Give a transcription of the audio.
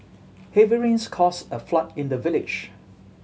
heavy rains caused a flood in the village